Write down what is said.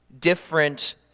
different